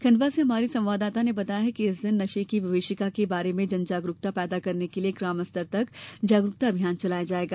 खंडवा से हमारे संवाददाता ने बताया है कि इस दिन नशे की विभिषिका के बारे में जन जागरूकता पैदा करने के लिए ग्राम स्तर तक जागरूकता अभियान चलाया जाएगा